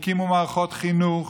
הקימו מערכות חינוך,